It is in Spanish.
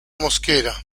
mosquera